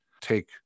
take